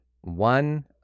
One